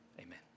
amen